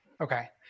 Okay